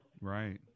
Right